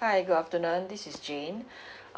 hi good afternoon this is jane